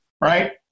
right